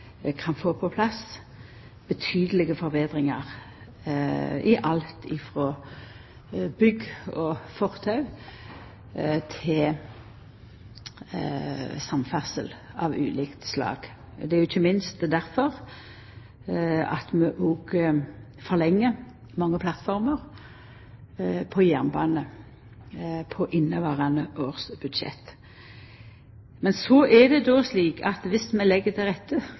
kan få på plass betydelege forbetringar i alt frå bygg og fortau til samferdsel av ulikt slag. Det er ikkje minst difor vi òg går inn for å forlengja mange plattformer på jernbaner i inneverande års budsjett. Men så er det slik at dersom vi legg til rette,